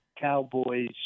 Cowboys